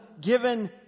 given